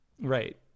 Right